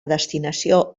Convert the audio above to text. destinació